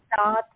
start